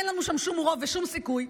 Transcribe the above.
אין לנו שם שום רוב ושום סיכוי.